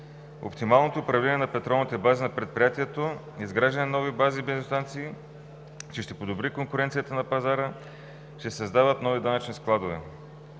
Оптималното управление на петролните бази на предприятието, изграждането на нови бази и бензиностанции ще подобри конкуренцията на пазара, ще се създадат нови данъчни складове.